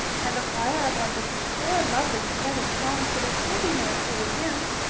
and the choir are going to sing four lovely pathetic songs that are pretty near as good as hymns.